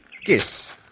kiss